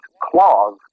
Clause